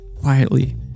quietly